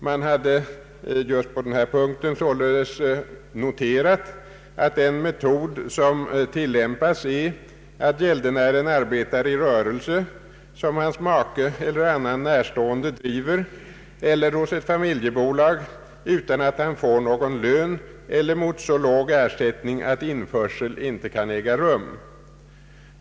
Man hade uppmärksammat att en metod som tillämpas är att gäldenären arbetar i en rörelse som hans make eller annan närstående driver eller hos ett familjebolag utan att han får någon lön eller mot så låg ersättning att införsel inte kan äga rum.